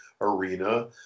arena